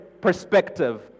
perspective